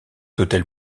hôtel